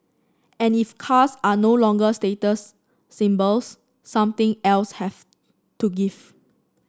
and if cars are no longer status symbols something else has to give